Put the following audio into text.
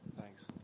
Thanks